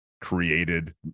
created